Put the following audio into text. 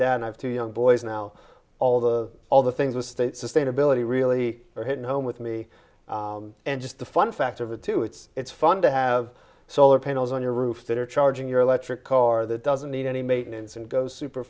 dad and i have two young boys now all the all the things the state sustainability really hitting home with me and just the fun factor of it too it's it's fun to have solar panels on your roof that are charging your electric car that doesn't need any maintenance and goes super